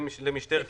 למשטרת ישראל.